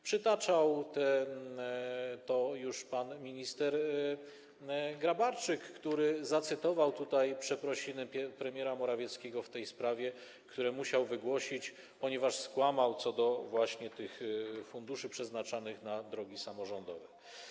Przytaczał tę wartość już pan minister Grabarczyk, który zacytował przeprosiny premiera Morawieckiego w tej sprawie, które musiał wygłosić, ponieważ skłamał właśnie co do tych funduszy przeznaczanych na drogi samorządowe.